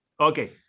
okay